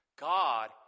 God